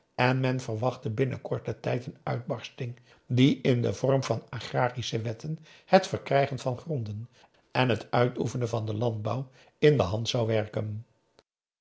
en men verwachtte binnen korten tijd een uitbarsting die in den vorm van agrarische wetten het verkrijgen van gronden en het uitoefenen van den landbouw in de hand zou werken